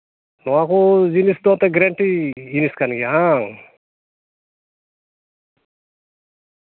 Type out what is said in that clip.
ᱱᱚᱣᱟ ᱠᱚ ᱡᱤᱱᱤᱥ ᱫᱚ ᱮᱱᱛᱮᱫ ᱜᱮᱨᱮᱱᱴᱤ ᱡᱤᱱᱤᱥ ᱠᱟᱱ ᱜᱮᱭᱟ ᱦᱟᱝ